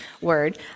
word